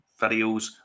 videos